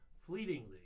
fleetingly